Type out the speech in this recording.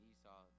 Esau